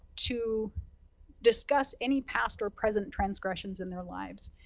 to discuss any past or present transgressions in their lives.